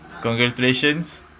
congratulations